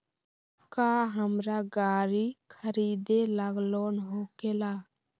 का हमरा गारी खरीदेला लोन होकेला?